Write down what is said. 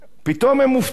פתאום הם מופתעים,